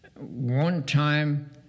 one-time